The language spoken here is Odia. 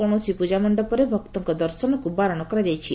କୌଣସି ପୂଜା ମଣ୍ଡପରେ ଭକ୍ତଙ୍ଙ ଦର୍ଶନକୁ ବାରଶ କରାଯାଇଛି